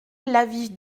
l’avis